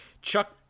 Chuck